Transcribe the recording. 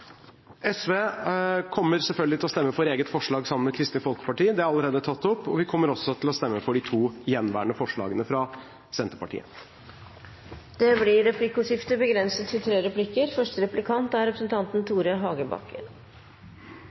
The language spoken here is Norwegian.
SV kommer selvfølgelig til å stemme for eget forslag sammen med Kristelig Folkeparti – det er allerede tatt opp – og vi kommer også til å stemme for de to gjenværende forslagene fra Senterpartiet. Det blir replikkordskifte.